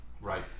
Right